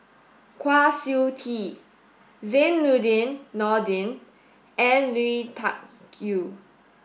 Kwa Siew Tee Zainudin Nordin and Lui Tuck Yew